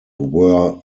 were